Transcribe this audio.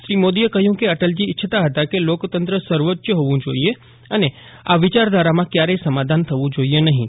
શ્રી મોદીએ કહ્યું કે અટલજી ઇચ્છતા હતા કે લોકતંત્ર સર્વોચ્ચ હોવું જોઇએ અને આ વિચારધારામાં કયારેય સમાધાન થવું જોઇએ નહીં